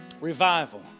Revival